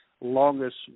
longest